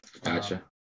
gotcha